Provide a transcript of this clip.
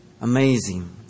Amazing